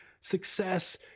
Success